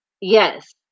Yes